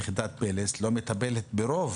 יחידת "פלס" לא מטפלת ברוב